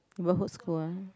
neighbourhood school ah